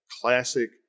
classic